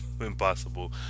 impossible